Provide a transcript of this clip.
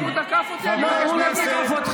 אדוני היושב-ראש,